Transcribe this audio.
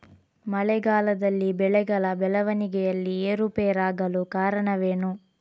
ಮಳೆಗಾಲದಲ್ಲಿ ಬೆಳೆಗಳ ಬೆಳವಣಿಗೆಯಲ್ಲಿ ಏರುಪೇರಾಗಲು ಕಾರಣವೇನು?